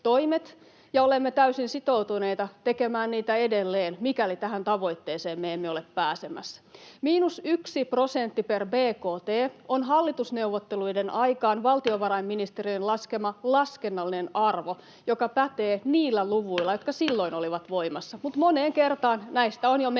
ja olemme täysin sitoutuneita tekemään niitä edelleen, mikäli tähän tavoitteeseen me emme ole pääsemässä. Miinus yksi prosentti per bkt on hallitusneuvotteluiden aikaan valtiovarainministeriön laskema laskennallinen arvo, joka pätee niillä luvuilla, jotka silloin olivat voimassa. Mutta moneen kertaan näistä on jo menty